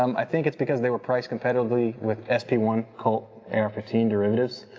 um i think it's because they were priced competitively with s p one colt ar fifteen derivatives.